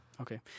Okay